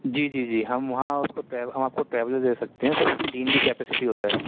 جی جی جی ہم وہاں اس کو ہم آپ کو ٹریولر دے سکتے ہیں ٹیم کی کیپسٹی ہوتا ہے